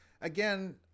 again